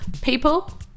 people